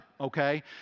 Okay